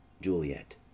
JULIET